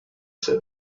said